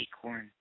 acorn